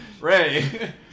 ray